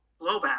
blowback